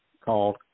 called